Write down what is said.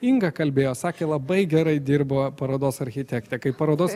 inga kalbėjo sakė labai gerai dirbo parodos architektė kai parodos